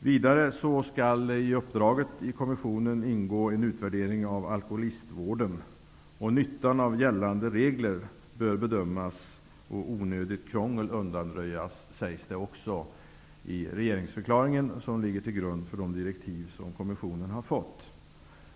Vidare ingår i kommissionens uppdrag att utvärdera alkoholistvården. Nyttan av gällande regler bör bedömas och onödigt krångel undanröjas, sägs i regeringsförklaringen, som ligger till grund för de direktiv som kommissionen har fått.